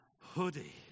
hoodie